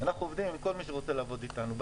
אנחנו עובדים עם כל מי שרוצה לעבוד אתנו.